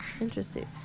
Interesting